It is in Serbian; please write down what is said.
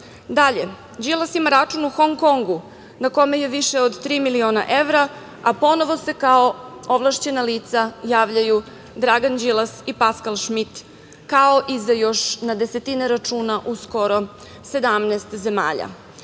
Dalje, Đilas ima račun u Hong Kongu na kome je više od tri miliona evra, a ponovo se kao ovlašćena lica javljaju Dragan Đilas i Paskal Šmit, kao i za još na desetine računa u skoro 17 zemalja. Dakle,